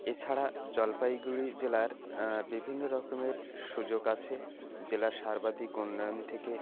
এছাড়া জলপাইগুড়ি জেলার বিভিন্ন রকমের সুযোগ আছে জেলার সর্বাধিক উন্নয়ন থেকে